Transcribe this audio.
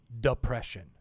depression